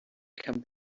can